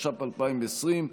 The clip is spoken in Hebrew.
התש"ף 2020,